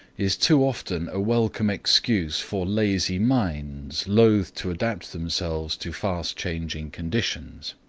is too often a welcome excuse for lazy minds, loath to adapt themselves to fast changing conditions.